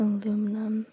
Aluminum